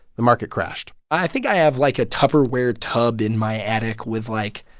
the market crashed i think i have, like, a tupperware tub in my attic with, like,